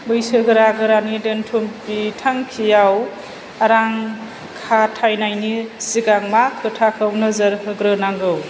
बैसोगोरा गोरारि दोन्थुम बिथांखियाव रां खाथायनायनि सिगां मा खोथाखौ नोजोर होग्रोनांगौ